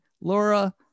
Laura